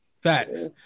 Facts